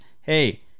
hey